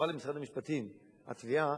כשהתביעה